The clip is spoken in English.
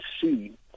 see